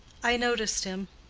i noticed him.